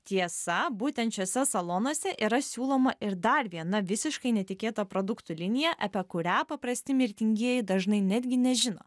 tiesa būtent šiuose salonuose yra siūloma ir dar viena visiškai netikėta produktų linija apie kurią paprasti mirtingieji dažnai netgi nežino